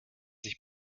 sich